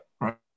right